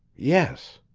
yes.